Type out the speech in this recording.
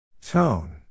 Tone